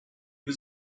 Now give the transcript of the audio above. was